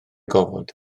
gofod